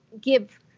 give